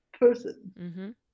person